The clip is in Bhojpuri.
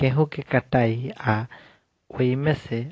गेहूँ के कटाई आ ओइमे से